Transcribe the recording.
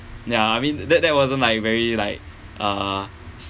ya I mean that that wasn't like very like uh